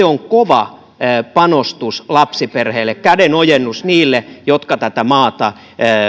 on kova panostus lapsiperheille kädenojennus heille jotka tätä maata